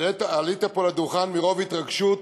עלית פה לדוכן מרוב התרגשות